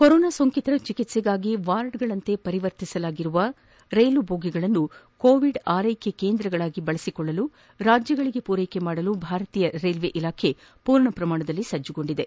corona ಸೋಂಕಿತರ ಚಿಕಿತ್ಸೆಗಾಗಿ ವಾರ್ಡ್ಗಳಂತೆ ಪರಿವರ್ತಿಸಲಾಗಿರುವ ರೈಲು ಬೋಗಿಗಳನ್ನು ಕೋವಿಡ್ ಆರ್ಲೆಕೆ ಕೇಂದ್ರಗಳಾಗಿ ಬಳಸಲು ರಾಜ್ಯಗಳಿಗೆ ಒದಗಿಸಲು ಭಾರತೀಯ ಬೋಗಿಯನ್ನು ರೈಲ್ವೆ ಇಲಾಖೆ ಪೂರ್ಣ ಪ್ರಮಾಣದಲ್ಲಿ ಸಜ್ಜುಗೊಂಡಿದೆ